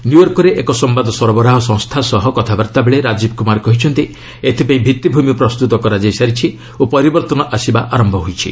ନ୍ୟୁୟର୍କରେ ଏକ ସମ୍ଭାଦ ସରବରାହ ସଂସ୍କା ସହ କଥାବାର୍ତ୍ତାବେଳେ ରାଜୀବ୍ କୁମାର କହିଛନ୍ତି ଏଥିପାଇଁ ଭିଭିମି ପ୍ରସ୍ତୁତ କରାଯାଇସାରିଛି ଓ ପରିବର୍ଭନ ଆସିବା ଆରମ୍ଭ ହୋଇଛି